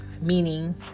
meaning